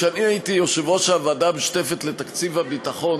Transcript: כשאני הייתי יושב-ראש הוועדה המשותפת לתקציב הביטחון